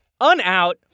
un-out